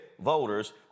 voters